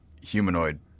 humanoid